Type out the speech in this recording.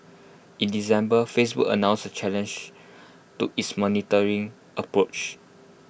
in December Facebook announced A change to its monitoring approach